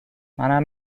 منم